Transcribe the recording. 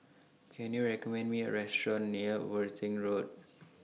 Can YOU recommend Me A Restaurant near Worthing Road